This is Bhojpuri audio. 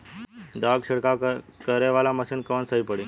दवा के छिड़काव करे वाला मशीन कवन सही पड़ी?